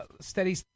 steady